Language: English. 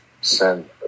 send